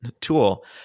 tool